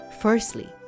Firstly